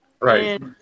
right